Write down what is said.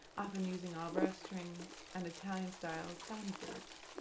often using all brass strings and italian-style soundboards.